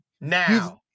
now